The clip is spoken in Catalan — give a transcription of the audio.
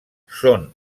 són